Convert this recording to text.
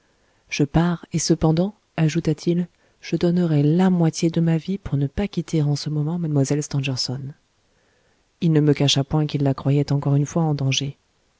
je pars et cependant ajouta-t-il je donnerais la moitié de ma vie pour ne pas quitter en ce moment mlle stangerson il ne me cacha point qu'il la croyait encore une fois en danger